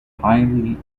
highly